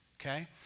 okay